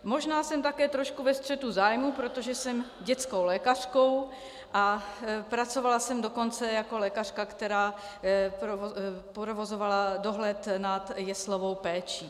Možná jsem také trošku ve střetu zájmů, protože jsem dětskou lékařkou a pracovala jsem dokonce jako lékařka, která provozovala dohled nad jeslovou péčí.